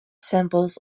symbols